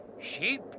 sheep